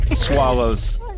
swallows